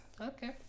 Okay